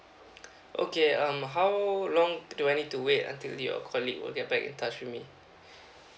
okay um how long do I need to wait until your colleague will get back in touch with me